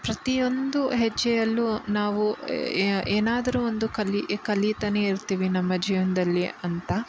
ಪ್ರತಿಯೊಂದು ಹೆಜ್ಜೆಯಲ್ಲೂ ನಾವು ಏನಾದರೂ ಒಂದು ಕಲಿತ ಕಲಿತಲೇ ಇರ್ತೀವಿ ನಮ್ಮ ಜೀವನದಲ್ಲಿ ಅಂತ